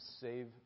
save